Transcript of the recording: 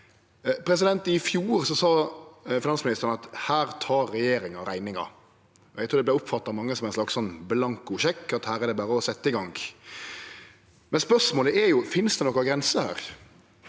oppløyste. I fjor sa finansministeren at her tek regjeringa rekninga. Eg trur det vart oppfatta av mange som ein slags blankosjekk, at her er det berre å setje i gang. Men spørsmålet er: Finst det noka grense her?